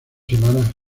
semanas